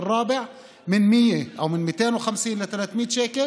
מעבר לילד הרביעי מ-100 או 250 ל-300 שקל